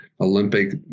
Olympic